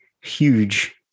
huge